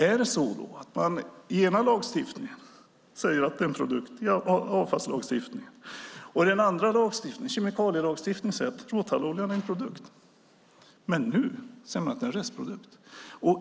Är det så att man i den ena lagstiftningen, avfallslagstiftningen, säger att råtalloljan är en produkt och i den andra lagstiftningen, kemikalielagstiftningen, säger att råtalloljan är en produkt - men nu säger att det är en restprodukt?